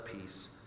peace